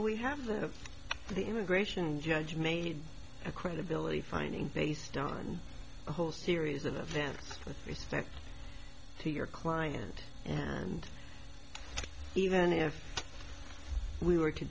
we have that the immigration judge made a credibility finding based on a whole series of events with respect to your client and even if we were to